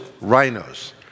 rhinos